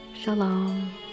shalom